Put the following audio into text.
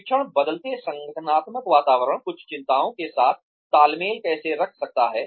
प्रशिक्षण बदलते संगठनात्मक वातावरण कुछ चिंताओं के साथ तालमेल कैसे रख सकता है